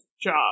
job